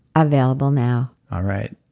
available now. all right.